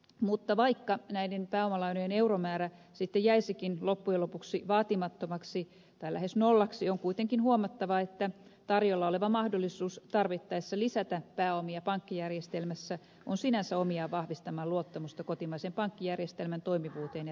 mutta vaikka näiden pääomalainojen euromäärä sitten jäisikin loppujen lopuksi vaatimattomaksi tai lähes nollaksi on kuitenkin huomattava että tarjolla oleva mahdollisuus tarvittaessa lisätä pääomia pankkijärjestelmässä on sinänsä omiaan vahvistamaan luottamusta kotimaisen pankkijärjestelmän toimivuuteen ja riskinkantokykyyn